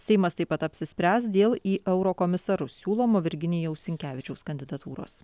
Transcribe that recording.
seimas taip pat apsispręs dėl į eurokomisarus siūlomo virginijaus sinkevičiaus kandidatūros